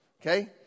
Okay